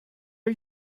are